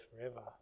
forever